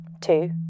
two